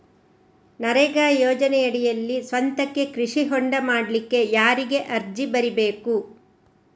ನರೇಗಾ ಯೋಜನೆಯಡಿಯಲ್ಲಿ ಸ್ವಂತಕ್ಕೆ ಕೃಷಿ ಹೊಂಡ ಮಾಡ್ಲಿಕ್ಕೆ ಯಾರಿಗೆ ಅರ್ಜಿ ಬರಿಬೇಕು?